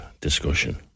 discussion